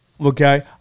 okay